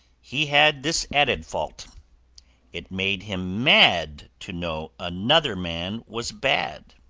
he had this added fault it made him mad to know another man was bad.